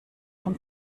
vom